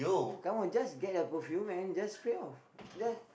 come on just get a perfume and just spray off just